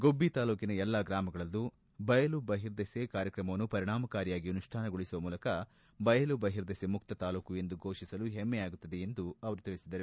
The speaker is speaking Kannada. ಗುಣ್ಜ ತಾಲ್ಲೂಕಿನ ಎಲ್ಲಾ ಗ್ರಾಮಗಳಲ್ಲೂ ಬಯಲು ಬಹಿರ್ದೆಸೆ ಕಾರ್ಯಕ್ರಮವನ್ನು ವರಿಣಾಮಕಾರಿಯಾಗಿ ಅನುಷ್ಠಾನಗೊಳಿಸುವ ಮೂಲಕ ಬಯಲು ಬಹಿರ್ದೆಸೆ ಮುಕ್ತ ತಾಲ್ಲೂಕು ಎಂದು ಘೋಷಿಸಲು ಹೆಮ್ನೆಯಾಗುತ್ತದೆ ಎಂದು ಅವರು ತಿಳಿಸಿದರು